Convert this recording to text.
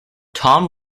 tom